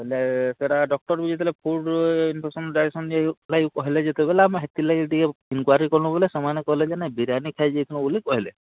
ବୋଲେ ସେରା ଡକ୍ଟର ବି ଯେତେବେଲେ ଫୁଡ଼ ଇନଫେକ୍ସନ ଡାଇକ୍ସନ ଯାଇ ଲାଗି କହିଲେ ଯେତେବେଲେ ଆମେ ହେଥିର୍ ଲାଗି ଟିକେ ଇନକ୍ଵାରୀ କଲୁ ବୋଇଲେ ସେମାନେ କହିଲେ ଯେ ନାଇଁ ବିରିୟାନୀ ଖାଇଦେଇଥିଲୁ ବୋଲି କହିଲେ